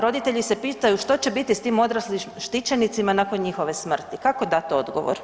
Roditelji se pitanju što će biti s tim odraslim štićenicima nakon njihove smrti, kako dati odgovor.